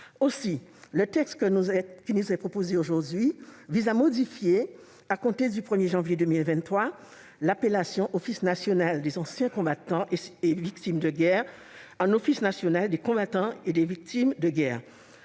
Le texte qui nous est proposé aujourd'hui vise à modifier à compter du 1 janvier 2023 l'appellation « Office national des anciens combattants et victimes de guerre », en la remplaçant par « Office national des combattants et des victimes de guerre ».